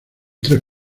tres